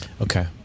Okay